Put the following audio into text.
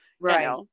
Right